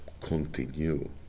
continue